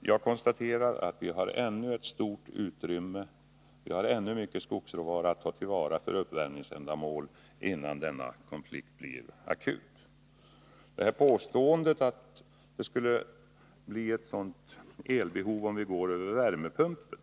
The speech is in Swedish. Jag konstaterar dock att vi ännu har mycket skogsråvara att ta till vara för uppvärmningsändamål innan denna konflikt blir akut. Jag vill också något beröra påståendet att det skulle bli ett så stort elbehov, om vi skulle gå över till värmepumpar.